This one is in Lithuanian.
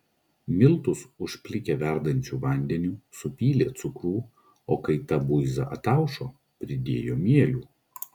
miltus užplikė verdančiu vandeniu supylė cukrų o kai ta buiza ataušo pridėjo mielių